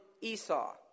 Esau